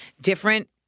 different